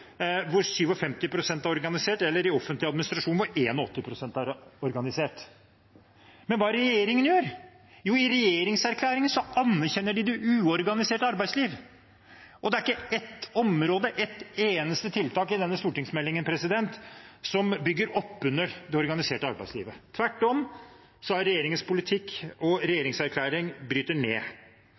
hvor 57 pst. er organisert, eller i offentlig administrasjon, hvor 81 pst. er organisert. Men hva er det regjeringen gjør? Jo, i regjeringserklæringen anerkjenner de det uorganiserte arbeidsliv. Det er ikke ett område – ett eneste tiltak – i denne stortingsmeldingen som bygger opp under det organiserte arbeidslivet. Tvert om er regjeringens politikk og regjeringserklæring å bryte ned.